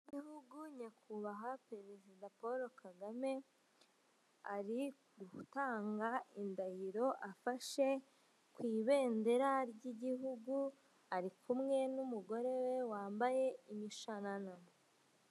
Umukuru w'igihugu nyakubahwa Paul Kagame ari gutanga indahiro afashe ku ibendera ry'igihugu ari kumwe n'umugore we wambaye imishanana.